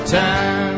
time